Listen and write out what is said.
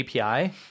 API